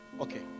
Okay